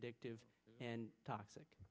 addictive and toxic